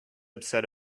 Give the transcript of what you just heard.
upset